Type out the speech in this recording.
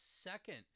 second